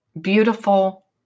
beautiful